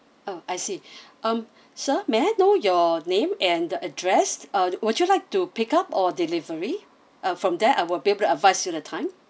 oh I see uh sir may I know your name and the address uh would you like to pick up or delivery uh from there I will be able to advise you the time